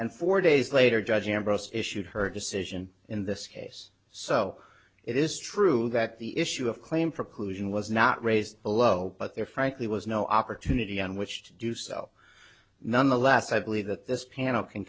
and four days later judge ambros issued her decision in this case so it is true that the issue of claim preclusion was not raised below but there frankly was no opportunity on which to do so nonetheless i believe that this panel can